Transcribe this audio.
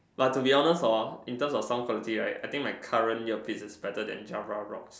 but to be honest hor in terms of sound quality right I think my current earpiece is better than Jabra-Rox